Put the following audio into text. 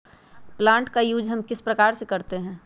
Plant का use हम किस प्रकार से करते हैं?